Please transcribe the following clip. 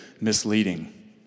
misleading